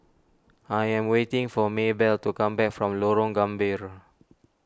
I am waiting for Maybell to come back from Lorong Gambir